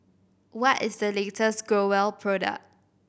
what is the latest Growell product